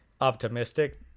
optimistic